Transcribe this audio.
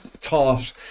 taught